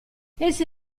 essi